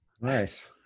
Nice